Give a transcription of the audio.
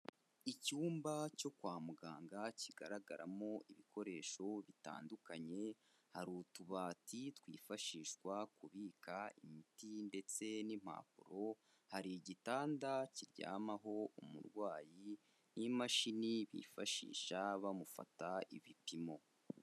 Icyumba cyo kwa muganga kigaragaramo ibikoresho bitandukanye, hari utubati twifashishwa kubika imiti ndetse n'impapuro, hari igitanda kiryamaho umurwayi n'imashini bifashisha bamufata ibipimo.